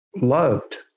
loved